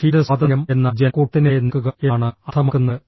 field സ്വാതന്ത്ര്യം എന്നാൽ ജനക്കൂട്ടത്തിനെതിരെ നിൽക്കുക എന്നാണ് അർത്ഥമാക്കുന്നത്